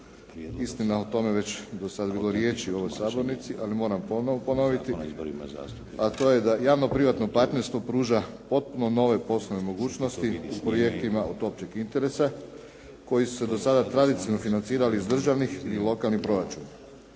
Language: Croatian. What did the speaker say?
istina o tome je već do sada bilo riječi u ovoj sabornici ali moram ponovno ponoviti, a to je da javno-privatno partnerstvo pruža potpuno nove poslovne mogućnosti u projektima od općeg interesa koji su se do sada tradicionalno financirali iz državnih i lokalnih proračuna.